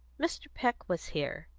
mr. peck was here,